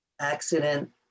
accident